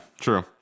true